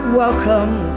welcome